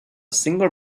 single